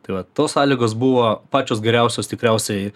tai vat tos sąlygos buvo pačios geriausios tikriausiai